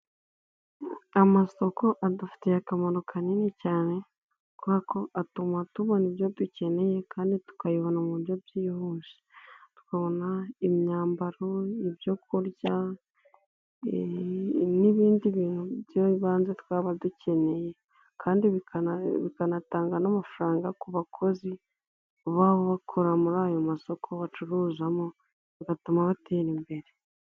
Amasoko adufitiye akamaro kanini cyane, kubera ko atuma tubona ibyo dukeneye, kandi tukabibona mu buryo byihuse, tukabona imyambaro, ibyo kurya n'ibindi bintu by'ibanze, twaba dukeneye. Kandi bikanatanga n'amafaranga ku bakozi baba bakora muri ayo masoko, bacuruzamo, bigatuma batera imbere.